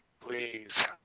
please